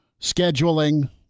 scheduling